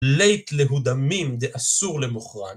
לייט להודמים דה אסור למוכרן